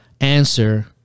answer